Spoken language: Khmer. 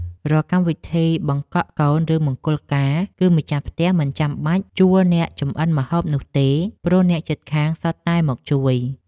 រាល់កម្មវិធីបង្កក់កូន ឬមង្គលការ គឺម្ចាស់ផ្ទះមិនចាំបាច់ជួលអ្នកចម្អិនម្ហូបនោះទេ ព្រោះអ្នកជិតខាងសុទ្ធតែមកជួយ។